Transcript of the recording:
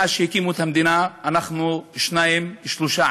מאז הקימו את המדינה אנחנו אשכול 3-2,